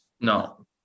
no